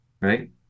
right